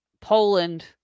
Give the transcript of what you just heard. Poland